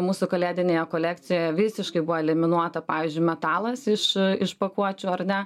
mūsų kalėdinėje kolekcijoje visiškai buvo eliminuota pavyzdžiui metalas iš iš pakuočių ar ne